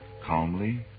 calmly